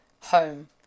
home